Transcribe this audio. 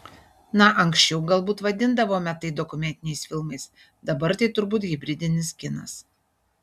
na anksčiau galbūt vadindavome tai dokumentiniais filmais dabar tai turbūt hibridinis kinas